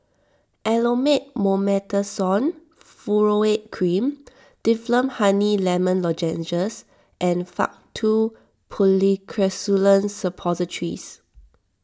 Elomet Mometasone Furoate Cream Difflam Honey Lemon Lozenges and Faktu Policresulen Suppositories